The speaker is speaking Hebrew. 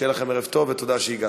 שיהיה לכם ערב טוב ותודה שהגעתם.